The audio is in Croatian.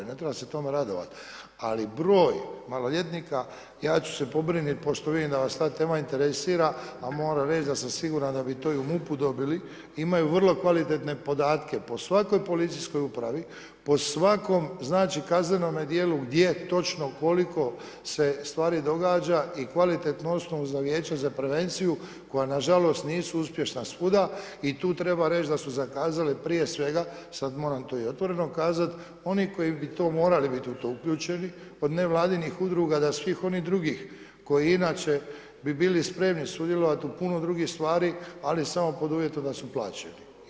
Ne treba se tome radovati, ali broj maloljetnika, ja ću se pobrinuti, pošto vidim da vas ta tema interesira, a moram reći da sam siguran da bi to i u MUP-u dobili, imaju vrlo kvalitetne podatke po svakoj PU, po svakom kaznenom djelu, gdje, točno koliko se stvari događa i kvalitetnu osnovu za Vijeća za prevenciju koja nažalost, nisu uspješna svuda i tu treba reći da su zakazale, prije svega, sad moram to i otvoreno kazati, ono koji bi morali biti u to uključeni, od nevladinih udruga do svih onih drugih koji inače bi bili spremni sudjelovati u puno drugih stvari, ali samo pod uvjetom da su plaćeni.